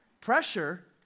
Pressure